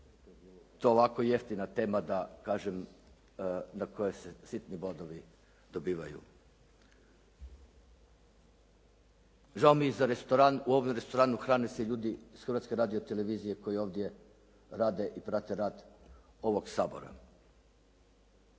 to ovako jeftina tema da kažem na kojoj se sitni bodovi dobivaju. Žao mi je za restoran. U ovome restoranu hrane se i ljudi iz Hrvatske radio televizije koji ovdje rade i prate rad ovog Sabora.